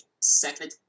second